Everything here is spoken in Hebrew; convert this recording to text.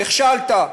נכשלת,